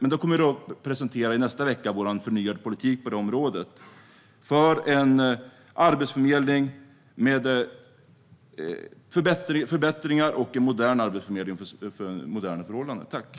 Vår förnyade politik för en förbättrad och modern arbetsförmedling för moderna förhållanden kommer alltså att presenteras i nästa vecka.